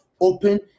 open